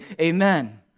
amen